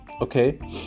okay